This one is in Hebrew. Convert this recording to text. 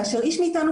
כאשר איש מאיתנו,